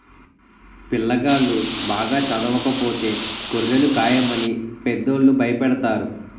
పిల్లాగాళ్ళు బాగా చదవకపోతే గొర్రెలు కాయమని పెద్దోళ్ళు భయపెడతారు